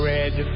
Red